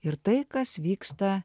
ir tai kas vyksta